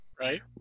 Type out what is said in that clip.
Right